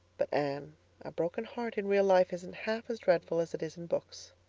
but, anne, a broken heart in real life isn't half as dreadful as it is in books.